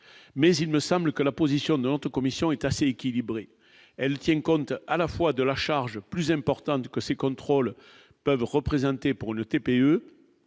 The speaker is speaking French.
mais il me semble que la position de Nantes commission est assez équilibré, elles tiennent compte à la fois de la charge plus importante que ces contrôles peuvent représenter pour le TPE